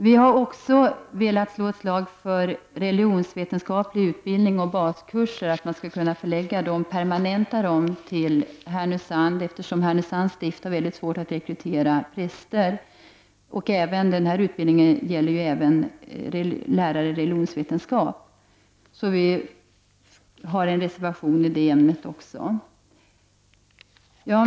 Vi har också velat slå ett slag för att religionsvetenskaplig utbildning och baskurser skall kunna förläggas permanent till Härnösand, eftersom Härnösands stift har väldigt svårt att rekrytera präster. Den här utbildningen gäller även för lärare i religionsvetenskap. Därför har vi avgivit en reservation också när det gäller denna fråga.